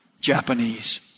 Japanese